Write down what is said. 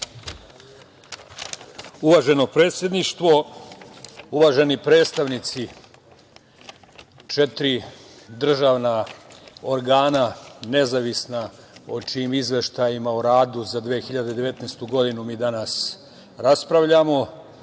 Uvaženo predsedništvo, uvaženi predstavnici četiri državna organa nezavisna o čijim izveštajima o radu za 2019. godinu mi danas raspravljamo,